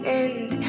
end